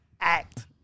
act